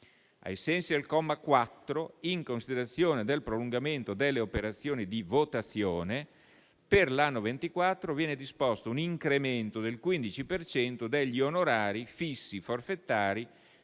Ai sensi del comma 4, in considerazione del prolungamento delle operazioni di votazione, per l'anno 2024 viene disposto un incremento del 15 per cento degli onorari fissi forfettari